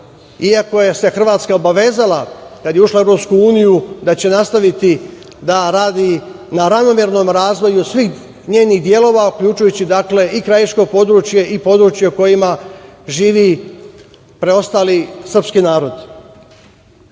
iako se Hrvatska obavezala, kad je ušla u EU, da će nastaviti da radi na ravnomernom razvoju svih njenih delova, uključujući i krajiško područje i područje u kojima živi preostali srpski narod. Drugo